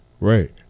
Right